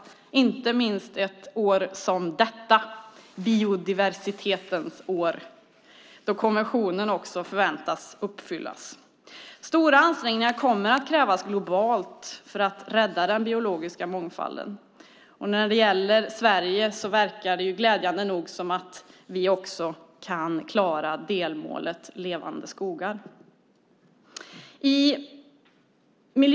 Det gäller inte minst ett år som detta, biodiversitetens år. Då förväntas konventionen också uppfyllas. Stora ansträngningar kommer att krävas globalt för att rädda den biologiska mångfalden. När det gäller Sverige verkar det glädjande nog som om vi också kan klara delmålet Levande skogar.